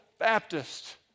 Baptist